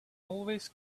always